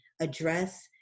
address